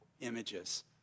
images